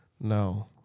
No